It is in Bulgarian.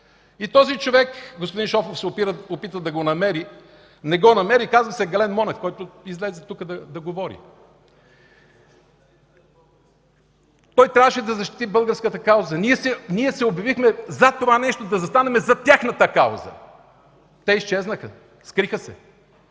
И този човек господин Шопов се опита да го намери. Не го намери. Казва се Гален Монев, който излезе тук да говори. Той трябваше да защити българската кауза. Ние се обявихме за това нещо да застанем зад тяхната кауза. Те изчезнаха. Скриха се.